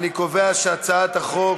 אני קובע שהצעת החוק